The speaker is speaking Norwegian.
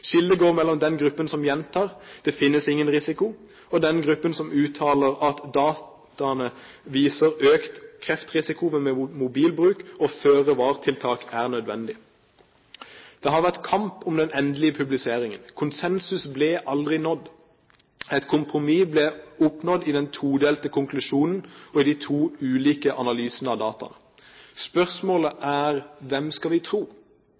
Skillet går mellom den gruppen som gjentar at det finnes ingen risiko, og den gruppen som uttaler at dataene viser økt kreftrisiko ved mobilbruk, og føre-var-tiltak er nødvendige. Det har vært kamp om den endelige publiseringen. Konsensus ble aldri nådd. Et kompromiss ble oppnådd i den todelte konklusjonen og i de to ulike analysene av dataene. Spørsmålet er: Hvem skal vi tro